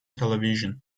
television